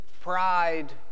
pride